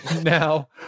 now